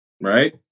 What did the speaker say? Right